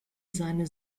seine